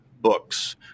books